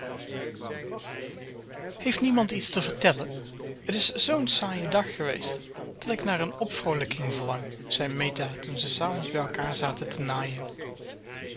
heeft niemand iets te vertellen t is z'n saaie dag geweest dat ik naar een opvroolijking verlang zei meta toen ze s avonds bij elkaar zaten te naaien